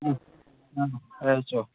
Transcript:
ꯎꯝ ꯎꯝ